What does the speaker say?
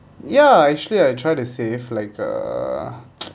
ya actually I will try to save like uh